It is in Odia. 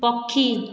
ପକ୍ଷୀ